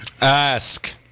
Ask